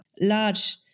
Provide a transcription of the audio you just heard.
large